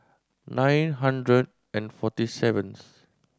nine hundred and forty seventh